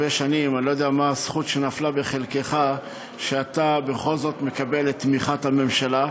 מה הזכות שנפלה בחלקך שאתה בכל זאת מקבל את תמיכת הממשלה.